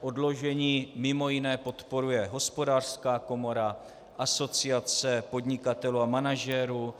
Odložení mj. podporuje Hospodářská komora, Asociace podnikatelů a manažerů.